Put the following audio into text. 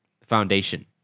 foundation